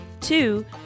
Two